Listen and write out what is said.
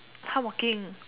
hardworking